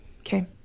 Okay